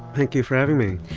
thank you for having me.